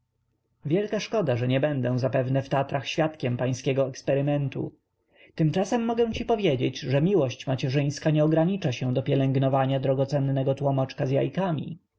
wielka szkoda że nie będę zapewne w tatrach świadkiem pańskiego eksperymentu tymczasem mogę cię zapewnić że miłość macierzyńska nie ogranicza się do pielęgnowania drogocennego tłomoczka z jajkami